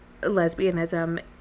lesbianism